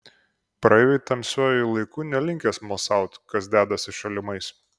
praeiviai tamsiuoju laiku nelinkę smalsaut kas dedasi šalimais